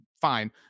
fine